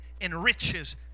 enriches